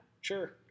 sure